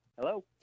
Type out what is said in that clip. Hello